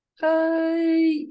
hi